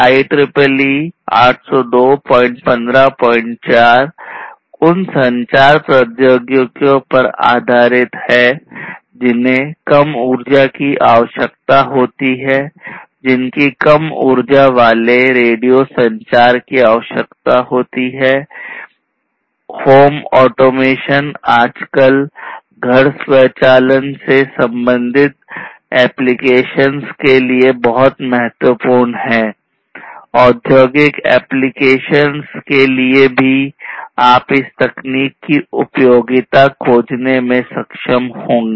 IEEE 802154 उन संचार प्रौद्योगिकियों पर आधारित है जिन्हें कम ऊर्जा की आवश्यकता होती है जिनकी कम ऊर्जा वाले रेडियो संचार के लिए भी आप इस तकनीक की उपयोगिता खोजने में सक्षम होंगे